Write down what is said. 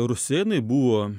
rusėnai buvo